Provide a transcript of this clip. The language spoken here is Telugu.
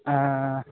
ఆ ఆ అ